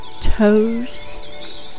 toes